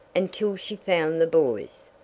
until she found the boys.